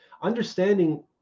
Understanding